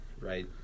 right